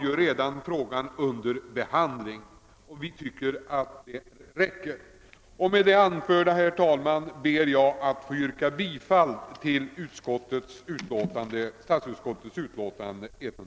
Vi tycker att det räcker med att regeringen har ärendet under behandling. Herr talman! Med det anförda ber jag att få yrka bifall till utskottets hemställan.